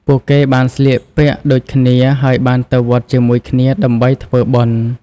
ពួកគេបានស្លៀកពាក់ដូចគ្នាហើយបានទៅវត្តជាមួយគ្នាដើម្បីធ្វើបុណ្យ។